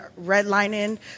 redlining